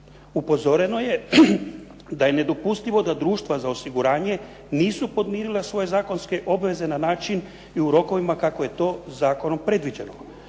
upozorenje je da je nedopustivo da društva za osiguranje nisu podmirila svoje zakonske obveze na način i u rokovima kako je to zakonom predviđeno.